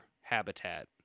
habitat